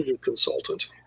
consultant